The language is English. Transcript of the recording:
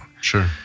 Sure